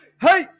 Hey